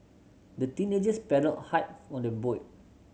the teenagers paddled hard on their boat